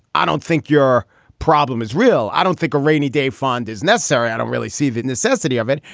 i don't think your problem is real. i don't think a rainy day fund is necessary. i don't really see the necessity of it.